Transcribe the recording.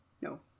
No